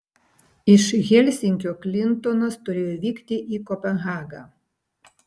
iš helsinkio klintonas turėjo vykti į kopenhagą